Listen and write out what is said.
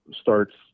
starts